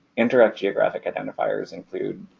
indirect geographic identifiers include,